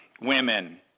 women